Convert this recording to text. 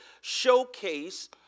showcase